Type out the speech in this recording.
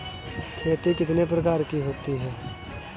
खेती कितने प्रकार की होती है?